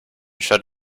shed